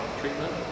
treatment